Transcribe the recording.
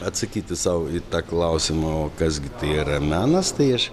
atsakyti sau į tą klausimą o kas gi tai yra menas tai aš